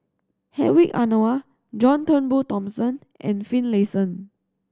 Hedwig Anuar John Turnbull Thomson and Finlayson